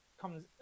comes